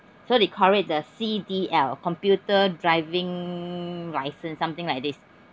so they call it the C_D_L computer driving license something like this